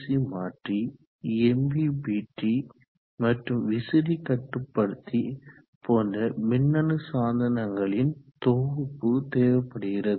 C மாற்றி எம்பிபிற்றி மற்றும் விசிறி கட்டுப்படுத்தி போன்ற மின்னணு சாதனங்களின் தொகுப்பு தேவைப்படுகிறது